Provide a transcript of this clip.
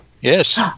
yes